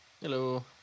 Hello